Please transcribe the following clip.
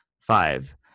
five